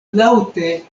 laŭte